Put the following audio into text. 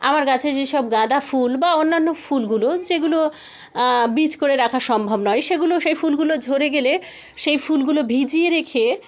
আমার গাছে যেসব গাঁদাফুল বা অন্যান্য ফুলগুলো যেগুলো বীজ করে রাখা সম্ভব নয় সেগুলো সেই ফুলগুলো ঝরে গেলে সেই ফুলগুলো ভিজিয়ে রেখে